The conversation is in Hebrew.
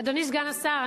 אדוני סגן השר,